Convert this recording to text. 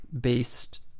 based